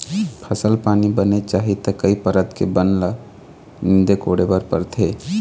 फसल पानी बने चाही त कई परत के बन ल नींदे कोड़े बर परथे